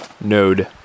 node